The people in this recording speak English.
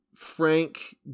Frank